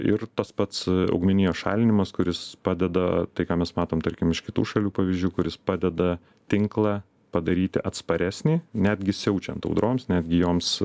ir tas pats augmenijos šalinimas kuris padeda tai ką mes matom tarkim iš kitų šalių pavyzdžių kuris padeda tinklą padaryti atsparesnį netgi siaučiant audroms netgi joms